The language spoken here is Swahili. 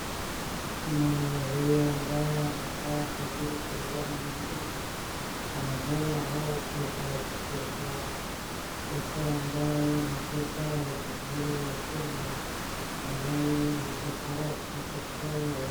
Mwanaume huyu ambaye anakaa tajiri kulingana na mimi ana hela au pesa ya kutosha. Pesa ambaye ni pesa ya Jamuhuri ya Kenya ambaye ni pesa rasmi kabisa ya huku.